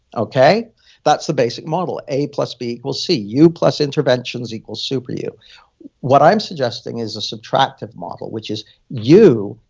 that's the basic model. a plus b, equals c. you, plus interventions, equals super you what i'm suggesting is a subtractive model, which is you,